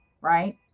right